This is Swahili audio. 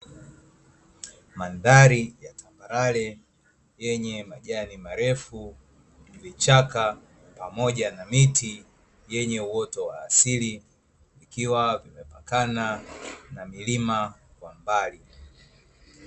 Mandhari ya tambalale yenye majani marefu, vichaka pamoja na miti yenye uoto wa asili ikiwa vimepakana na milima kwa mbali.